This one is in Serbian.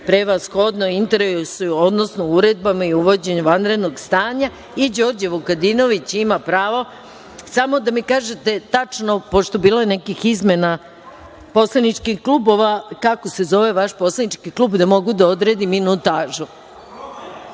prevashodno interesuju, odnosno o uredbama i uvođenju vanrednog stanja. Đorđe Vukadinović ima pravo na reč, samo da mi kažete tačno, pošto je bilo nekih izmena poslaničkih klubova, kako se zove vaš poslanički klub, da mogu da odredim